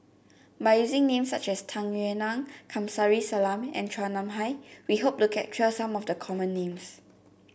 by using names such as Tung Yue Nang Kamsari Salam and Chua Nam Hai we hope to capture some of the common names